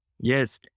Yes